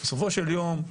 בסופו של יום,